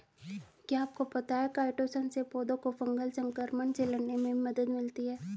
क्या आपको पता है काइटोसन से पौधों को फंगल संक्रमण से लड़ने में मदद मिलती है?